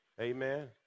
Amen